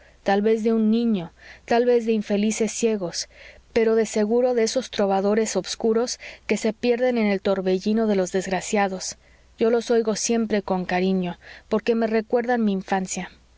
tal vez de un niño tal vez de infelices ciegos pero de seguro de esos trovadores obscuros que se pierden en el torbellino de los desgraciados yo los oigo siempre con cariño porque me recuerdan mi infancia